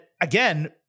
again